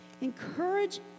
Encourage